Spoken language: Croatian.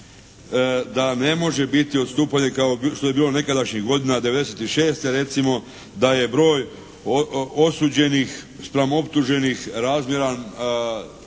da ne može biti odstupanje kao što je bilo nekadašnjih godina, '96. recimo da je broj osuđenih spram optuženih razmjeran